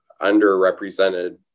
underrepresented